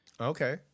Okay